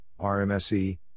RMSE